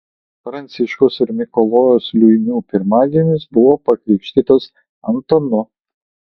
pranciškos ir mikalojaus liuimų pirmagimis buvo pakrikštytas antanu